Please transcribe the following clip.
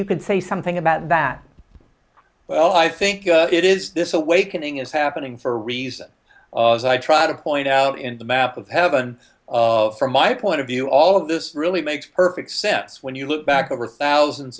you could say something about that well i think it is this awakening is happening for a reason i try to point out in the map of heaven of from my point of view all of this really makes perfect sense when you look back over thousands